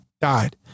died